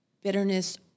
bitterness